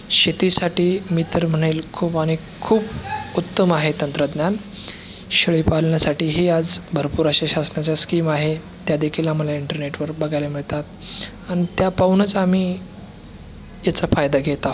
शेतीसाठी मी तर म्हणेन खूप आणि खूप उत्तम आहे तंत्रज्ञान शेळीपालनासाठी ही आज भरपूर असे शासनाच्या स्कीम आहे त्या देखील आम्हाला इंटरनेटवर बघायला मिळतात आणि त्या पाहूनच आम्ही इथे फायदा घेत आहोत